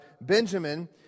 Benjamin